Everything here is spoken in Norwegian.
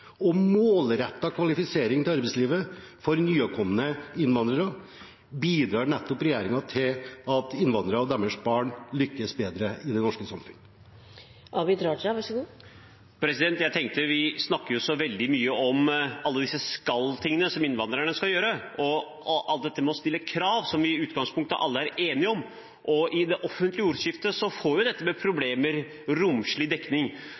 og målrette kvalifisering til arbeidslivet for nyankomne innvandrere bidrar nettopp regjeringen til at innvandrere og deres barn lykkes bedre i det norske samfunn. Vi snakker veldig mye om alle disse «skal»-tingene som innvandrerne skal gjøre – alt dette med å stille krav, som i utgangspunktet alle er enige om. I det offentlige ordskiftet får problemer romslig dekning, så jeg hadde egentlig tenkt gjennom dette